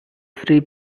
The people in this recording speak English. free